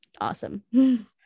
awesome